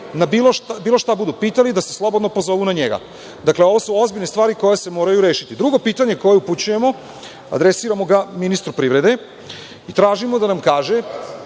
bilo šta budu pitali, da se slobodno pozovu na njega. Dakle, ovo su ozbiljne stvari koje se moraju rešiti. Drugo pitanje koje upućujemo adresiramo ministru privrede i tražimo da nam kaže